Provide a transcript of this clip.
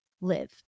live